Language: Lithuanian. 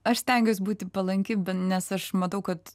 aš stengiuos būti palanki nes aš matau kad